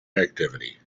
activity